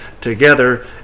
together